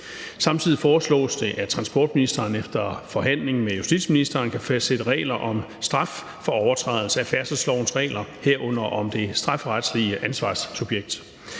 Samtidig foreslås det, at transportministeren efter forhandling med justitsministeren kan fastsætte regler om straf for overtrædelse af færdselslovens regler, herunder om det strafferetlige ansvarssubjekt.